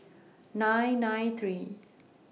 nine nine three